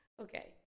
Okay